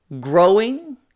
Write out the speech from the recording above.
growing